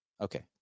okay